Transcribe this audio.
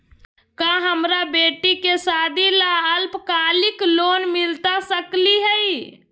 का हमरा बेटी के सादी ला अल्पकालिक लोन मिलता सकली हई?